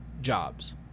jobs